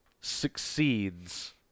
succeeds